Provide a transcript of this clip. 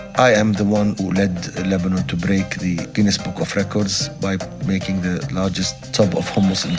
i am the one who led lebanon to break the guinness book of records by making the largest tub of hummus and